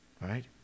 Right